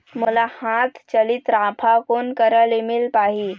मोला हाथ चलित राफा कोन करा ले मिल पाही?